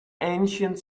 ancient